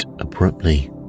abruptly